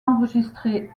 enregistrées